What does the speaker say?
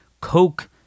coke